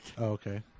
okay